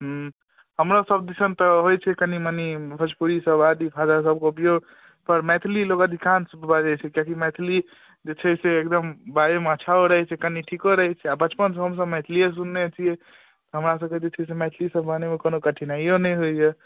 ह्म्म हमरोसभ दिसन तऽ होइत छै कनि मनि भोजपुरीसभ आदि भाषासभके उपयोग पर मैथिली लोक अधिकांश बजैत छै किएकि मैथिली जे छै से एकदम बाजैमे अच्छाओ रहैत छै कनि ठीको रहैत छै आ बचपनसँ हमसभ मैथिलिए सुनने छियै तऽ हमरासभकेँ जे छै से मैथिलीसभ बारेमे कोनो कठिनाइओ नहि होइए